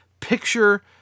picture